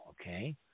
Okay